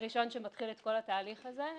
ראשון שמתחיל את כל התהליך הזה.